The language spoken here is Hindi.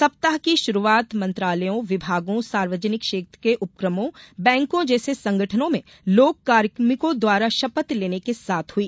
सप्ताह की शुरुआत मंत्रालयों विभागों सार्वजनिक क्षेत्र के उपक्रमो बैंको जैसे संगठनों में लोक कार्मिको द्वारा शपथ लेने के साथ हुई